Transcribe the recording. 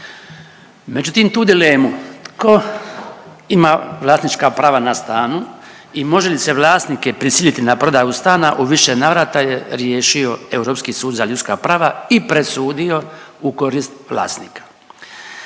Međutim, tu dilemu tko ima vlasnička prava na stanu i može li se vlasnike prisiliti na prodaju stana u više navrata je riješio Europski sud za ljudska prava i presudio u korist vlasnika.